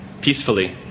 peacefully